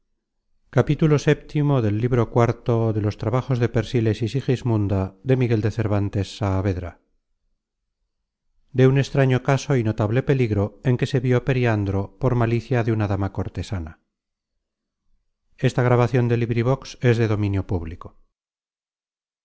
de un extraño caso y notable peligro en que se vió periandro por malicia de una dama cortesana